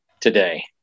today